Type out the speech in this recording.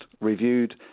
reviewed